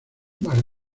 más